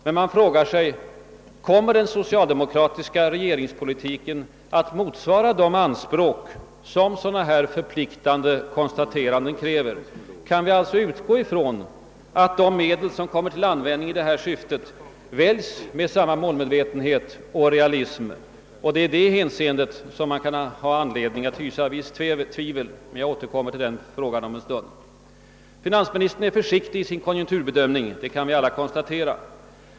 Men man frågar sig: Kommer den socialdemokratiska regeringspolitiken att motsvara de anspråk som sådana här förpliktande konstateranden ställer? Kan vi alltså utgå ifrån att de medel som kommer till användning i detta syfte väljs med sam ma målmedvetenhet och realism? Det är i det hänseendet som man kan ha anledning att hysa visst tvivel. Jag återkommer till den frågan om en stund. Finansministern är försiktig i sin konjunkturbedömning — det kan vi alla konstatera.